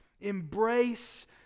Embrace